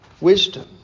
wisdom